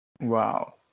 wow